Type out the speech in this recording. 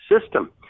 system